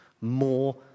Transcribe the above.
more